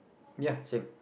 ya same